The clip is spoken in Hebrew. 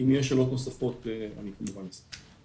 אם יש שאלות נוספות, אני כמובן אשמח.